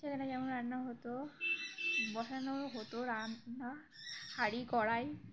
সেখানে যেমন রান্না হতো বসানো হতো রান্না হাঁড়ি কড়াই